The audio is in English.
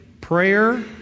prayer